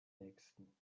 nächsten